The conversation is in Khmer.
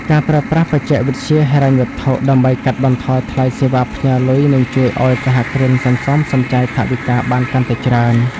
ការប្រើប្រាស់ "បច្ចេកវិទ្យាហិរញ្ញវត្ថុ" ដើម្បីកាត់បន្ថយថ្លៃសេវាផ្ញើលុយ នឹងជួយឱ្យសហគ្រិនសន្សំសំចៃថវិកាបានកាន់តែច្រើន។